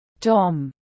Tom